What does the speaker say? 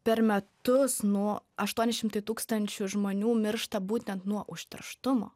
per metus nu aštuoni šimtai tūkstančių žmonių miršta būtent nuo užterštumo